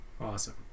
awesome